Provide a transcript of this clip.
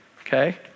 okay